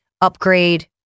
upgrade